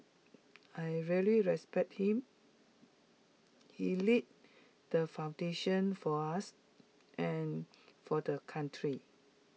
I really respect him he laid the foundation for us and for the country